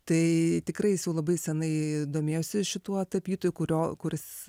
tai tikrai jis jau labai senai domėjosi šituo tapytoju kurio kuris